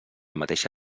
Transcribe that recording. mateixa